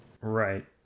Right